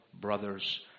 brothers